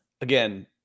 again